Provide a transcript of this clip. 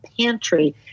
pantry